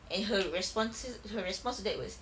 and her responses her response to that was